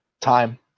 Time